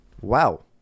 Wow